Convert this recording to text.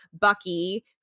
Bucky